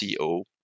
co